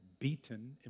beaten